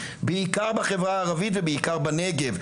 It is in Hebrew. בעיקר בחברה הערבית ובעיקר בנגב,